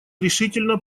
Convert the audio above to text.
решительно